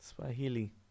Swahili